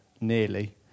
nearly